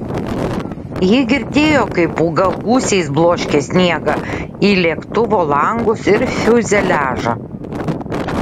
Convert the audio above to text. ji girdėjo kaip pūga gūsiais bloškė sniegą į lėktuvo langus ir fiuzeliažą